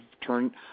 turn –